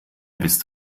bist